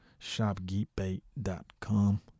shopgeekbait.com